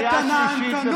קריאה שלישית.